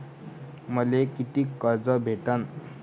मले कितीक कर्ज भेटन?